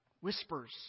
Whispers